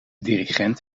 dirigent